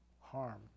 harm